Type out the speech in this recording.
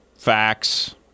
Facts